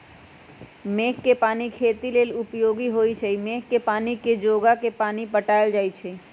मेघ कें पानी खेती लेल उपयोगी होइ छइ मेघ के पानी के जोगा के पानि पटायल जाइ छइ